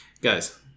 guys